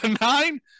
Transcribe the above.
nine